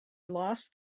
lost